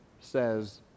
says